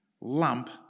lump